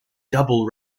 double